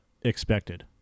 expected